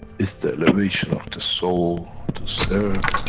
it's the elevation of the soul, to serve,